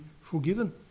forgiven